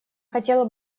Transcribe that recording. хотела